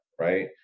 right